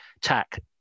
tack